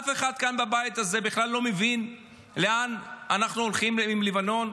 אף אחד כאן בבית הזה בכלל לא מבין לאן אנחנו הולכים עם לבנון.